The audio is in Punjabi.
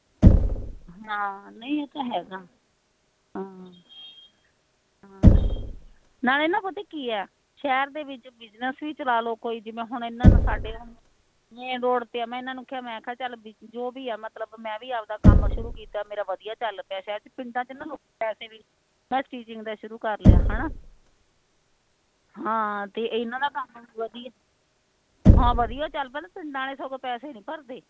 ਹਾਂ ਨਹੀਂ ਉਹ ਤਾਂ ਹੈਗਾ ਹਾਂ ਹਾਂ ਨਾਲੇ ਨਾ ਪਤਾ ਕੀ ਆ ਸ਼ਹਿਰ ਦੇ ਵਿੱਚ ਬਿਜਨਸ ਵੀ ਚਲਾ ਲਓ ਕੋਈ ਜਿਵੇਂ ਹੁਣ ਇਹਨਾਂ ਨੇ ਸਾਡੇ ਮੇਨ ਰੋਡ 'ਤੇ ਆ ਮੈਂ ਇਹਨਾਂ ਨੂੰ ਕਿਹਾ ਕਿ ਚੱਲ ਜੋ ਵੀ ਹੈ ਮਤਲਬ ਮੈਂ ਵੀ ਆਪਦਾ ਕੰਮ ਸ਼ੁਰੂ ਕੀਤਾ ਬਹੁਤ ਵਧੀਆ ਚੱਲ ਪਿਆ ਪਿੰਡਾਂ 'ਚ ਤਾ ਲੋਕ ਵੈਸੇ ਵੀ ਮੈਂ ਸਟਚਿੰਗ ਦਾ ਸ਼ੁਰੂ ਕਰ ਲਿਆ ਹੈ ਨਾ ਹਾਂ ਅਤੇ ਇਹਨਾਂ ਦਾ ਕੰਮ ਵਧੀਆ ਹਾਂ ਵਧੀਆ ਚੱਲ ਪਿਆ ਪਿੰਡਾਂ ਆਲੇ ਸਗੋਂ ਪੈਸੇ ਨਹੀਂ ਭਰਦੇ